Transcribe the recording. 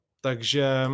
Takže